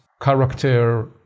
character